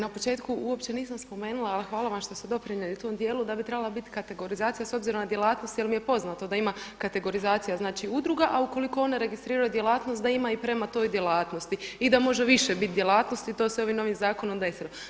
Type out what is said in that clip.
Na početku uopće nisam spomenula, ali hvala vam što ste doprinijeli tom dijelu da bi trebala biti kategorizacija s obzirom na djelatnost jer mi je poznato da ima kategorizacija udruga, a ukoliko one registriraju djelatnost da imaju i prema toj djelatnosti i da može više biti djelatnosti, to se ovim novim zakonom desilo.